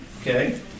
okay